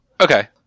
Okay